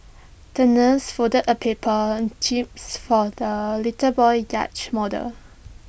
the nurse folded A paper jibs for the little boy's yacht model